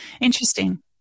Interesting